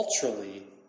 culturally